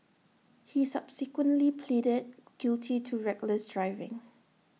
he subsequently pleaded guilty to reckless driving